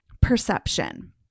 perception